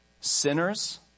sinners